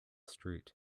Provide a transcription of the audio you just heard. street